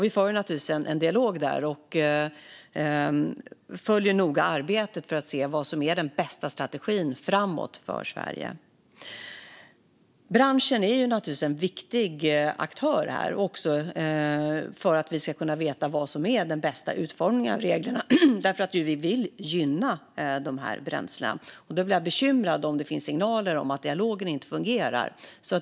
Vi för naturligtvis en dialog där, och vi följer noga arbetet för att se vad som är den bästa strategin framåt för Sverige. Branschen är naturligtvis också en viktig aktör för att vi ska kunna veta vad som är den bästa utformningen av reglerna. Vi vill ju gynna dessa bränslen. Jag blir bekymrad om det finns signaler om att dialogen inte fungerar.